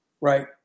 right